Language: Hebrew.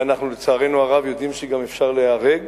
ואנחנו לצערנו הרב יודעים שגם אפשר ליהרג,